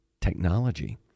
technology